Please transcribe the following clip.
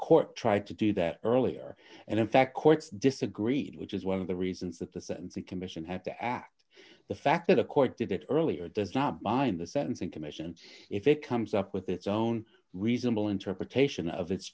court tried to do that earlier and in fact courts disagreed which is one of the reasons that the sentencing commission had to act the fact that a court did it earlier does not bind the sentencing commission if it comes up with its own reasonable interpretation of it